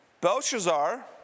Belshazzar